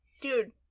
Dude